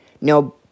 no